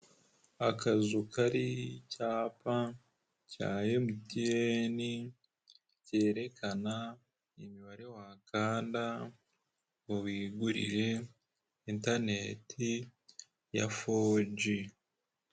Akazu kariho icyapa cya MTN cyerekana imibare wakanda ngo wigurire intaneti ya foji.